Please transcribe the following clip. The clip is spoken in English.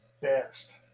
best